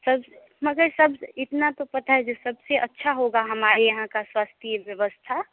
सब मगर सबसे इतना तो पता है जो सबसे अच्छा होगा हमारे यहाँ का स्वास्थ्य व्यवस्था